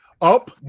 Up